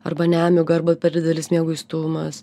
arba nemiga arba per didelis mieguistumas